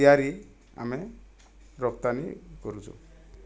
ତିଆରି ଆମେ ରପ୍ତାନି କରୁଛୁ